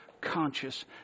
conscious